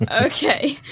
Okay